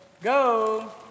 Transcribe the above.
go